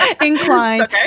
inclined